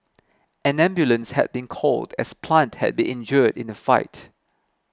an ambulance had been called as Plant had been injured in the fight